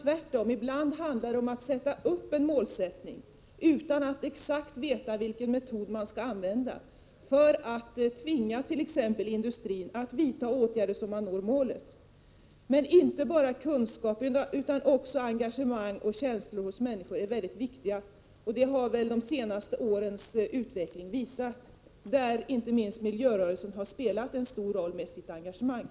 Tvärtom handlar det ibland om att sätta upp en målsättning utan att exakt veta vilken metod som skall användas, för attt.ex. tvinga industrin att vidta åtgärder. Det är alltså inte bara kunskap utan också engagemang och känslor hos människor som är mycket viktigt, vilket de senaste årens utveckling har visat, och där inte minst miljörörelsen med sitt engagemang har spelat en stor roll.